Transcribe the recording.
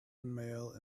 male